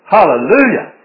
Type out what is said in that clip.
Hallelujah